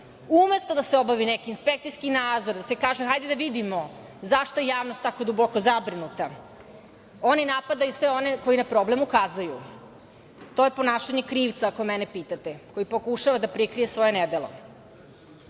Umesto da se obavi neki inspekcijski nadzor, da se kaže – hajde da vidimo zašto je javnost tako duboko zabrinuta, oni napadaju sve one koji na problem ukazuju. To je ponašanje krivca, ako mene pitate, koji pokušava da prikrije svoje nedelo. Krađa